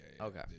Okay